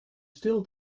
still